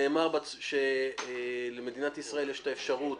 נאמר שלמדינת ישראל יש את האפשרות